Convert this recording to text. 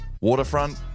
Waterfront